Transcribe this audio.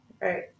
right